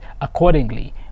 accordingly